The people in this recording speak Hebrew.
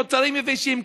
מוצרים יבשים,